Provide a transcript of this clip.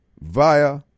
via